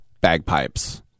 bagpipes